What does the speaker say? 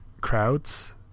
crowds